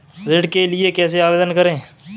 ऋण के लिए कैसे आवेदन करें?